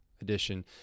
edition